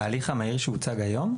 בהליך המהיר שהוצג היום?